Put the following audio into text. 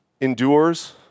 endures